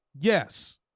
yes